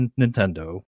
nintendo